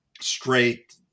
straight